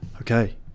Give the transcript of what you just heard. Okay